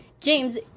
James